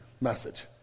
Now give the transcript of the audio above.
message